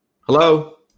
Hello